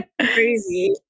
crazy